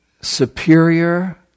superior